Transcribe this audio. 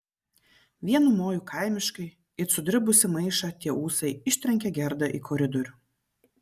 vienu moju kaimiškai it sudribusį maišą tie ūsai ištrenkė gerdą į koridorių